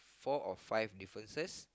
four or five differences